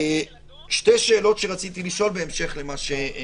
שזה מעבר להגעה לכנסת.